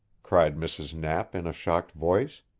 cried mrs. knapp in a shocked voice.